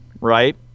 right